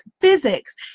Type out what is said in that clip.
physics